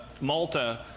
Malta